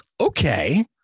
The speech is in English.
Okay